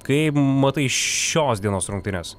kaip matai šios dienos rungtynes